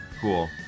Cool